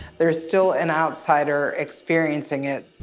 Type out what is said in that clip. there is still an outsider experiencing it.